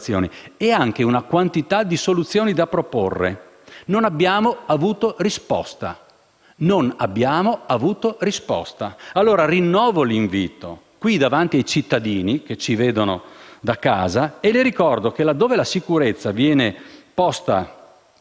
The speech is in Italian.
e anche una quantità di soluzioni da proporre. Non abbiamo avuto risposta. Ripeto: non abbiamo avuto risposta. Allora rinnovo l'invito, qui, davanti ai cittadini che ci vedono da casa, e le ricordo che laddove la sicurezza viene posta